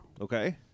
Okay